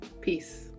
Peace